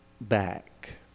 back